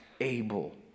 able